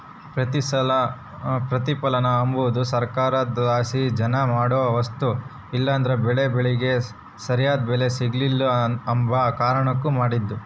ಪ್ರತಿಪಲನ ಅಂಬದು ಸರ್ಕಾರುದ್ಲಾಸಿ ಜನ ಮಾಡೋ ವಸ್ತು ಇಲ್ಲಂದ್ರ ಬೆಳೇ ಬೆಳಿಗೆ ಸರ್ಯಾದ್ ಬೆಲೆ ಸಿಗ್ಲು ಅಂಬ ಕಾರಣುಕ್ ಮಾಡಿದ್ದು